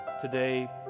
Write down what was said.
today